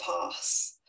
pass